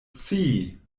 scii